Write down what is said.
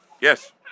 Yes